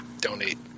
donate